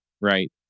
right